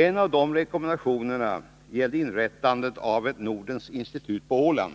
En av dessa rekommendationer gäller inrättande av ett Nordens institut på Åland.